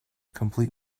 complete